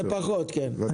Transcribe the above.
זה פחות, כן.